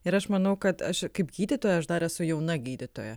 ir aš manau kad aš kaip gydytoja aš dar esu jauna gydytoja